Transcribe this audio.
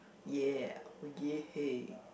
yea oh yea hey